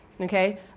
okay